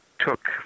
took